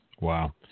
Wow